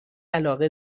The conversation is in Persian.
علاقه